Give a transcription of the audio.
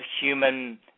human